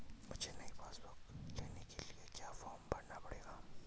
मुझे नयी passbook book लेने के लिए क्या फार्म भरना पड़ेगा?